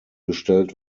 gestellt